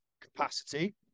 capacity